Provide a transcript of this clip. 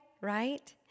Right